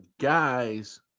guys